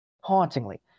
hauntingly